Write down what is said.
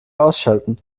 ausschalten